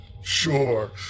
Sure